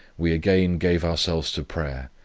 we again gave ourselves to prayer,